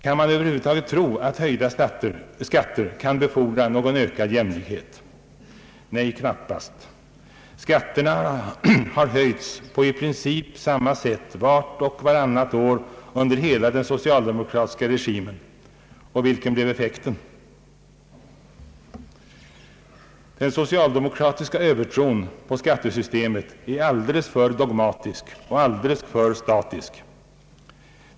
Kan man över huvud taget tro att höjda skatter kan befordra någon ökad jämlikhet? Nej, knappast. Skatterna har höjts på i princip samma sätt vart och vartannat år under hela den socialdemokratiska regimen. Och vilken blev effekten? Den socialdemokratiska övertron på skattesystemet är alldeles för dogmatisk och aildeles för statisk.